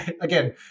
again